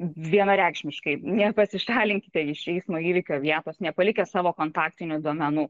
vienareikšmiškai nepasišalinkite iš eismo įvykio vietos nepalikę savo kontaktinių duomenų